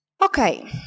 Okay